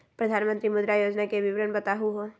प्रधानमंत्री मुद्रा योजना के विवरण बताहु हो?